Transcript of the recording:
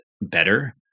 better